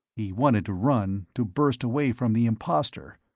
he wanted to run, to burst away from the imposter,